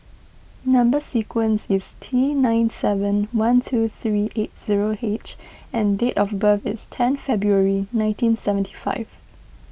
Number Sequence is T nine seven one two three eight zero H and date of birth is ten February nineteen seventy five